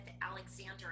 Alexander